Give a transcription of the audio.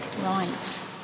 Right